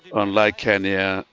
unlike kenya,